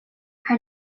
her